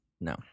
no